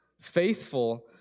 faithful